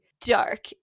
dark